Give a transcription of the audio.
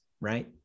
right